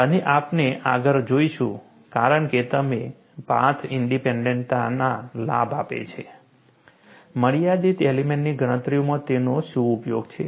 અને આપણે આગળ જોઈશું કારણ કે મને પાથ ઇન્ડીપેન્ડન્ટતા લાભ આપે છે મર્યાદિત એલિમેન્ટની ગણતરીઓમાં તેનો શું ઉપયોગ છે